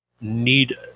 need